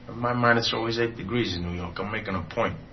my mind it's always eight degrees in new york, i'm making a point.